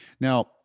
Now